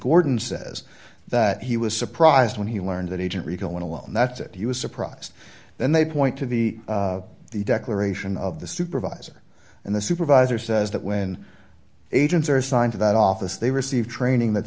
gordon says that he was surprised when he learned that agent rico went alone and that's it he was surprised then they point to the the declaration of the supervisor and the supervisor says that when agents are assigned to that office they receive training that